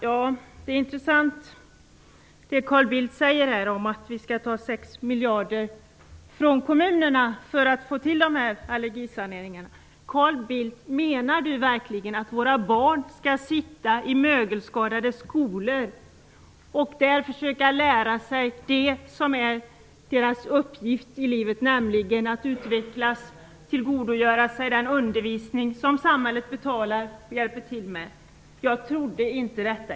Fru talman! Det är intressant det Carl Bildt säger om att vi skall ta 6 miljarder från kommunerna för att få till de här allergisaneringarna. Menar Carl Bildt verkligen att våra barn skall sitta i mögelskadade skolor och där försöka lära sig det som är deras uppgift, nämligen att utvecklas, tillgodogöra sig den undervisning som samhället betalar och hjälper till med?